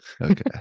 okay